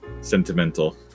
sentimental